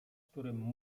którym